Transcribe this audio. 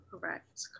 correct